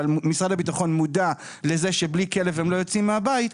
אבל משרד הביטחון מודע לזה שבלי כלב הם לא יוצאים מהבית,